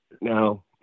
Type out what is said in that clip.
Now